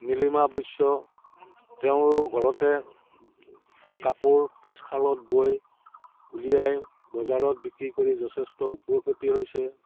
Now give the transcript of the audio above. নিলিমা বৈশ্য তেওঁৰ ঘৰতে কাপোৰ তাঁতশালত বৈ উলিয়াই বজাৰত বিক্ৰী কৰি যথেষ্ট উপকৃত হৈছে